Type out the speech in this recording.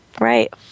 Right